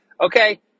Okay